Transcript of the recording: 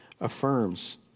affirms